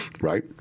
right